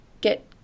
get